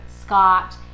Scott